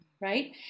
Right